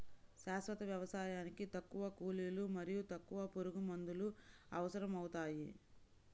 శాశ్వత వ్యవసాయానికి తక్కువ కూలీలు మరియు తక్కువ పురుగుమందులు అవసరమవుతాయి